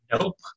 Nope